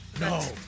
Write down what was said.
No